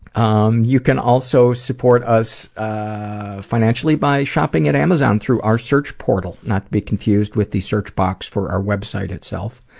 um you can also support us ah financially by shopping at amazon through our search portal, not to be confused with the search box for our website itself,